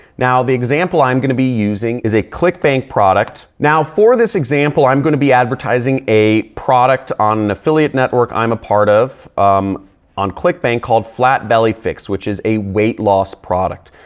now, the example i'm going to be using is a clickbank product. now, for this example, i'm going to be advertising a product on an affiliate network i'm a part of um on clickbank, called flat belly fix. which is a weight loss product.